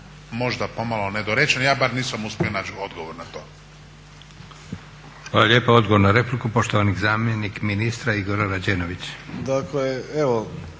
možda pomalo nedorečen. Ja bar nisam uspio naći odgovor na to.